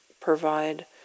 provide